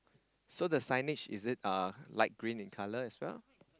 so the signage is it uh light green in color as well